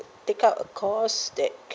pick up a course that